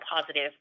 positive